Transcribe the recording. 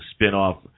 spinoff